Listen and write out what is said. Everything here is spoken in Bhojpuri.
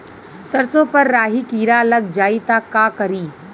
सरसो पर राही किरा लाग जाई त का करी?